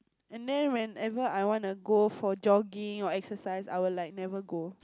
and then whenever I wanna go for jogging or exercise I will like never go